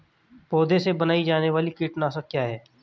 पौधों से बनाई जाने वाली कीटनाशक क्या है?